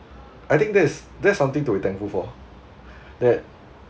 I think is that's something to be thankful for that